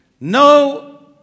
no